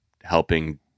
helping